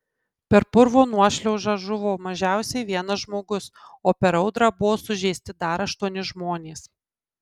per purvo nuošliaužą žuvo mažiausiai vienas žmogus o per audrą buvo sužeisti dar aštuoni žmonės